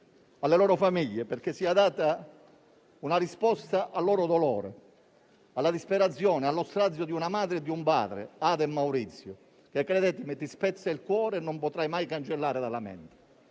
alle loro famiglie perché sia data una risposta al loro dolore, alla disperazione e allo strazio di una madre e di un padre, Ada e Maurizio. Questo dolore - credetemi - spezza il cuore e non si potrà mai cancellare dalla mente.